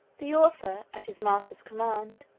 the author at his master's command,